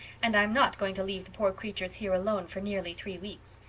and i'm not going to leave the poor creatures here alone for nearly three weeks.